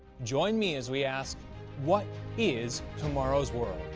join me as we ask what is tomorrow's world?